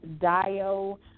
Dio